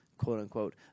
quote-unquote